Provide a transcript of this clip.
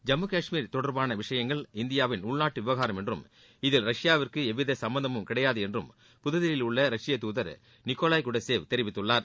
ஜம்மு காஷ்மீர் தொடர்பான விஷயங்கள் இந்தியாவின் உள்நாட்டு விவகாரம் என்றும் இதில் ரஷ்பாவிற்கு எவ்வித சும்பந்தமும் கிடையாது என்றும் புததில்லியில் உள்ள ரஷ்ய துதர் நிக்கோலாய் குடசேவ் தெரிவித்துள்ளார்